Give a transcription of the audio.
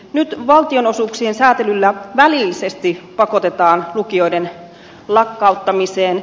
nyt valtionosuuksien säätelyllä välillisesti pakotetaan lukioiden lakkauttamiseen